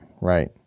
right